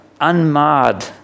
unmarred